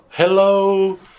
Hello